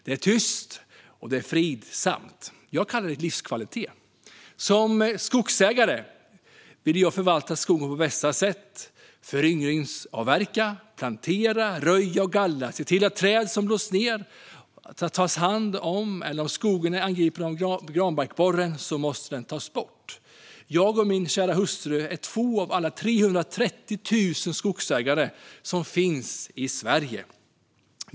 Det är tyst och fridsamt. Jag kallar det livskvalitet. Som skogsägare vill jag förvalta skogen på bästa sätt - föryngringsavverka, plantera, röja och gallra och se till att träd som blåst ned tas om hand. Om skogen är angripen av granbarkborren måste den tas bort. Jag och min kära hustru är två av de 330 000 skogsägare som finns i Sverige.